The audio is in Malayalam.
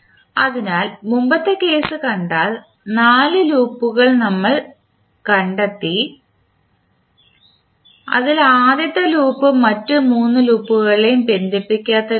അതിനാൽ മുമ്പത്തെ കേസ് കണ്ടാൽ 4 ലൂപ്പുകൾ നമ്മൾ കണ്ടെത്തി അതിൽ ആദ്യത്തെ ലൂപ്പ് മറ്റ് 3 ലൂപ്പുകളിലൂടെയും ബന്ധിപ്പിക്കാത്ത ലൂപ്പാണ്